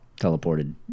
Teleported